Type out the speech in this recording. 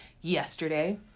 yesterday